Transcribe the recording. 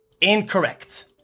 incorrect